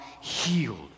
healed